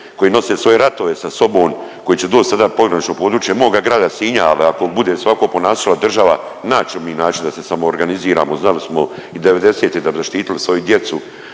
koji nose svoje ratove sa sobom, koji će doć sada na pogranično područje moga grada Sinja, al ako bude se ovako ponašala država naći ćemo mi način da se samoorganiziramo, znali smo i '90.-te da bi zaštitili svoju djecu,